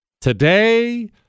Today